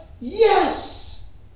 yes